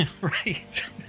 Right